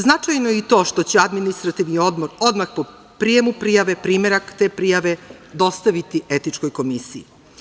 Značajno je i to što će Administrativni odbor odmah po prijemu prijave primerak te prijave dostaviti etičkoj komisiji.